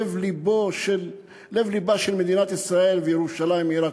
לב-לבה של מדינת ישראל וירושלים עיר הקודש,